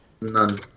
None